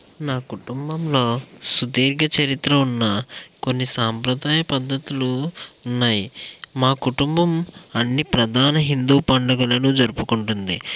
నా కుటుంబంలో సుదీర్ఘచరిత్ర ఉన్న కొన్ని సాంప్రదాయ పద్ధతులు ఉన్నాయి మా కుటుంబం అన్ని ప్రధాన హిందూ పండుగలను జరుపుకుంటుంది